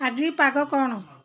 ଆଜି ପାଗ କ'ଣ